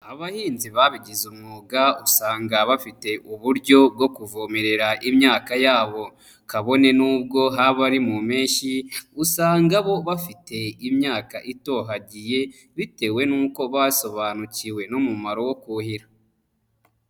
Abahinzi babigize umwuga usanga bafite uburyo bwo kuvomerera imyaka yabo, kabone n'ubwo haba bari mu mpeshyi, usanga bo bafite imyaka itohagiye bitewe n'uko basobanukiwe n'umumaro wo kuhira.